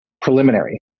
preliminary